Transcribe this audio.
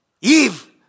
Eve